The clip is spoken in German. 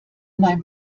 mein